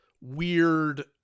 weird